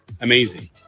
amazing